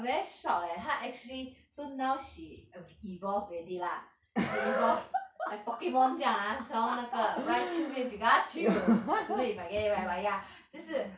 I very shocked leh 她 actually so now she ev~ evolved already lah she evolve like pokemon 这样 ah summon 那个 raichu 便 pikachu I don't know if I get it right but ya 就是